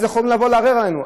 אז יכולים לבוא לערער עלינו.